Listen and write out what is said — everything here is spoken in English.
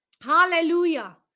Hallelujah